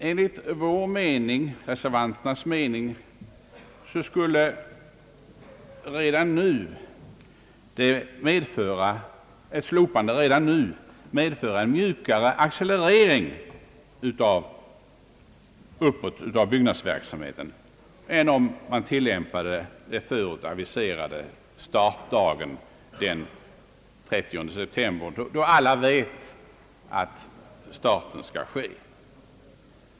Enligt reservanternas mening bör ett slopande redan nu medföra en mjukare accelerering av byggnadsverksamheten än om man tillämpade den förut aviserade startdagen, alltså den 30 september — alla vet ju att starten då skall ske.